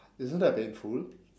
isn't that painful